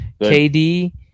KD